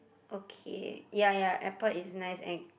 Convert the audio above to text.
okay ya ya airport is nice and